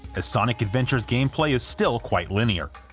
as sonic adventure's gameplay is still quite linear.